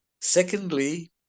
Secondly